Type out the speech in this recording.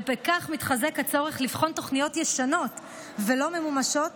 ובכך מתחזק הצורך לבחון תוכניות ישנות ולא ממומשות